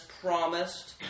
promised